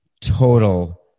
total